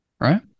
right